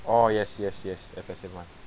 oh yes yes yes F_S_M one